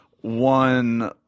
one